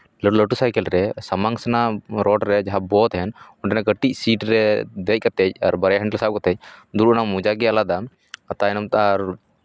ᱞᱟᱹᱴᱩ ᱥᱟᱭᱠᱮ ᱞ ᱨᱮ ᱥᱟᱢᱟᱝ ᱥᱮᱱᱟᱜ ᱨᱚᱰ ᱨᱮ ᱡᱟᱦᱟᱸ ᱵᱚ ᱛᱟᱦᱮᱱ ᱚᱱᱟᱨᱮ ᱠᱟᱹᱴᱤᱡ ᱥᱤᱴ ᱨᱮ ᱫᱮᱡ ᱠᱟᱛᱮᱜ ᱟᱨ ᱵᱟᱨᱭᱟ ᱦᱮᱱᱰᱮᱞ ᱥᱟᱵ ᱠᱟᱛᱮᱜ ᱫᱩᱲᱩᱵ ᱨᱮᱱᱟᱜ ᱢᱚᱡᱟ ᱜᱮ ᱟᱞᱟᱫᱟ ᱛᱟᱭᱚᱢ ᱛᱮ ᱟᱨ